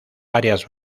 varias